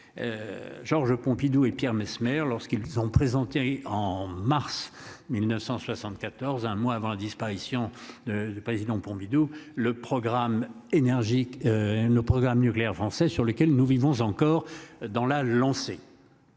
Georges Pompidou et Pierre Messmer lorsqu'ils ont présenté en mars. 1974. Un mois avant la disparition. Du président Pompidou le programme énergique. Elle le programme nucléaire français sur lequel nous vivons encore dans la lancée.